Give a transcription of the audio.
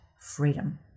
freedom